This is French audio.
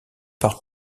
par